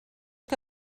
que